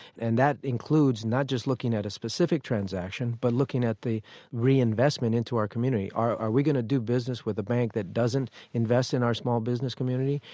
and that includes not just looking at a specific transaction, but looking at the reinvestment into our community. are we going to do business with a bank that doesn't invest in our small business community?